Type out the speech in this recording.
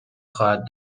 خواهد